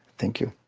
thank you.